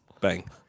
bang